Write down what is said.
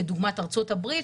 כדוגמת ארצות הברית,